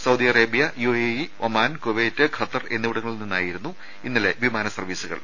Saudi Arabia UAE Oman Kuwait Qatar എന്നിവിടങ്ങളിൽ നിന്നായിരുന്നു ഇന്നലെ വിമാന സർവ്വീസുകൾ